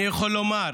אני יכול לומר,